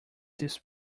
this